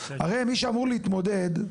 הרי מי שאמור להתמודד,